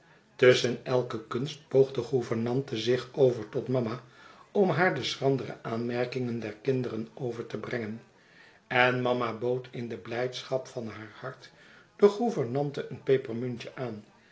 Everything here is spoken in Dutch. tusschen elke kunst boog de gouvernante zich over tot mama om haar de schrandere aanmerkingen der kinderen over te brengen en mama bood in de blijdschap van haar hart de gouvernante een pepermuntje aan